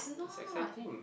it's exciting